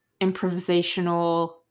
improvisational